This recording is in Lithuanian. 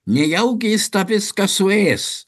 nejaugi jis tą viską suės